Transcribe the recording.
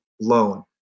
loan